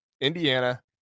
Indiana